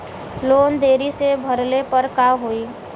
Loan देरी से भरले पर का होई?